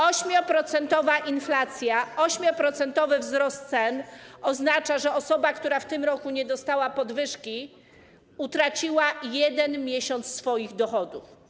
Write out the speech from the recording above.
8-procentowa inflacja, 8-procentowy wzrost cen oznacza, że osoba, która w tym roku nie dostała podwyżki, utraciła 1 miesiąc swoich dochodów.